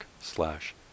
slash